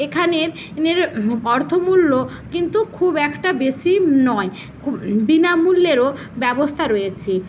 এখানের নের অর্থ মূল্য কিন্তু খুব একটা বেশি নয় বিনামূল্যেরও ব্যবস্থা রয়েছে